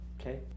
Okay